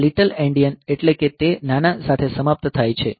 આ little endian એટલે કે તે નાના સાથે સમાપ્ત થાય છે